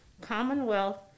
Commonwealth